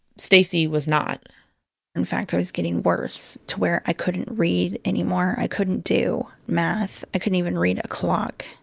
stacie was not in fact, i was getting worse to where i couldn't read anymore. i couldn't do math. i couldn't even read a clock